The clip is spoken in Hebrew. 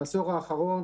בעשור האחרון,